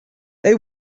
they